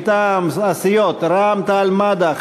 מטעם הסיעות רע"ם-תע"ל-מד"ע,